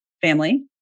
family